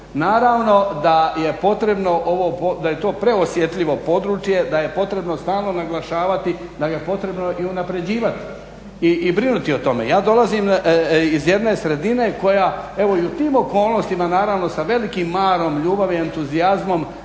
Naravno da je potrebno, da je to preosjetljivo područje, da je potrebno stalno naglašavati, da ga je potrebno i unaprjeđivati i brinuti o tome. Ja dolazim iz jedne sredine koja evo i u tim okolnostima naravno sa velikim marom, ljubavi, entuzijazmom